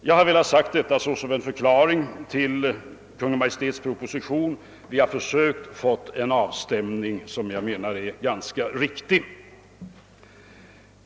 — Jag har velat nämna detta såsom en förklaring till Kungl. Maj:ts proposition. Vi har försökt göra en avstämning, som förefaller mig ganska riktig.